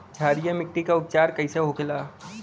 क्षारीय मिट्टी का उपचार कैसे होखे ला?